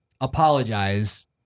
apologize